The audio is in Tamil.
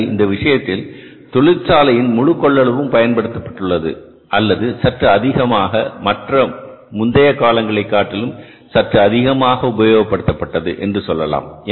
அல்லது இந்த விஷயத்தில் தொழிற்சாலையின் முழு கொள்ளளவும் பயன்படுத்தப்பட்டுள்ளது அல்லது சற்று அதிகமாக மற்ற முந்தைய காலங்களைக் காட்டிலும் சற்று அதிகமாக உபயோகப்படுத்தப்பட்டது என்று சொல்லலாம்